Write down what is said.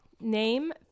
Name